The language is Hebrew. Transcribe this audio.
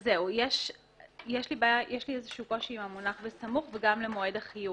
יש לי איזה שהוא קושי עם המונח "בסמוך" ועם המונח "מועד החיוב".